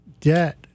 debt